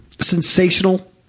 sensational